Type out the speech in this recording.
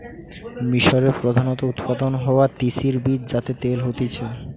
মিশরে প্রধানত উৎপাদন হওয়া তিসির বীজ যাতে তেল হতিছে